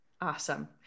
Awesome